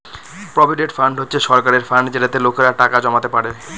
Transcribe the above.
provident fund হচ্ছে সরকারের fund যেটাতে লোকেরা টাকা জমাতে পারে